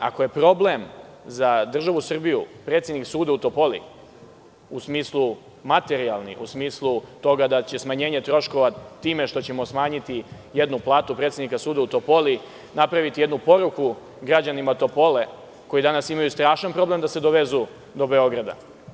Ako je problem za državu Srbiju predsednik suda u Topoli, u materijalnom smislu, u smislu toga da će smanjenje troškova time što ćemo smanjiti jednu platu predsednika suda u Topoli napraviti jednu poruku građanima Topole, koji danas imaju strašan problem da se dovezu do Beograda…